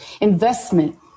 Investment